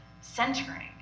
centering